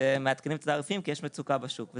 שמעדכנים את התעריפים כי יש מצוקה בשוק.